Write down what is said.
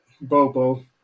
Bobo